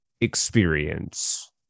experience